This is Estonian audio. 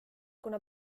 kuna